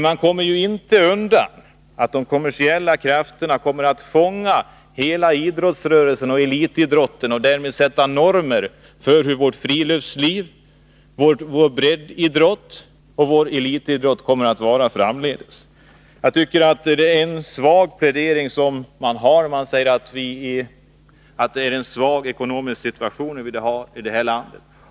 Man kan inte undgå att de kommersiella krafterna kommer att fånga hela idrottsrörelsen och elitidrotten och därmed sätta normer för hur vårt friluftsliv, vår breddidrott och vår elitidrott kommer att se ut framdeles. Jag tycker det är en svag plädering när man säger att vi har en dålig ekonomisk situation i landet.